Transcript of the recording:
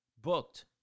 Booked